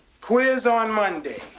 quiz on monday.